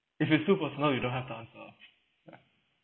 if it's too personal you don't have to answer ya